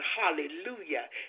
hallelujah